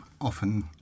often